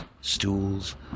stools